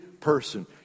person